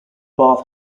bath